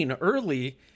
early